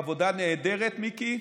עבודה נהדרת, מיקי,